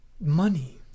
money